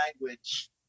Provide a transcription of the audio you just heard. language